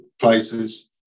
places